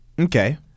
Okay